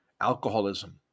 alcoholism